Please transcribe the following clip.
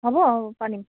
হ'ব পাৰিম